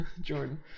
Jordan